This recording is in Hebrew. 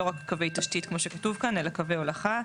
לא רק קווי תשתית, כמו שכתוב כאן, אלא קווי הולכה.